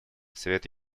совет